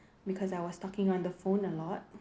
because I was talking on the phone a lot